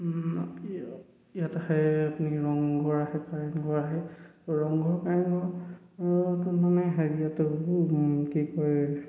ইয়াত আহে আপুনি ৰংঘৰ আহে কাৰেংঘৰ আহে ৰংঘৰ কাৰেংঘৰ মানে